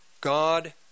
God